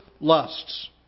lusts